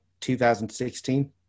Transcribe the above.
2016